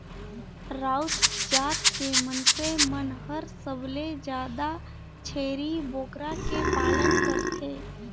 राउत जात के मइनसे मन हर सबले जादा छेरी बोकरा के पालन करथे